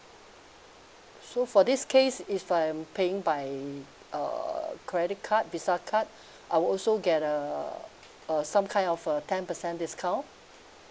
so for this case if I'm paying by uh credit card visa card I'll also get uh uh some kind of uh ten percent discount